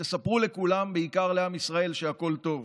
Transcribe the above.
ותספרו לכולם, בעיקר לעם ישראל, שהכול טוב.